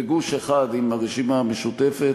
בגוש אחד עם הרשימה המשותפת,